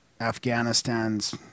Afghanistan's